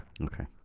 Okay